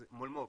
מולמו"פ,